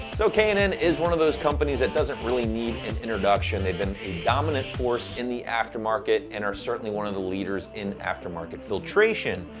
so k and n is one of those companies that doesn't really need an introduction. they've been a dominant force in the aftermarket and are certainly one of the leaders in aftermarket filtration,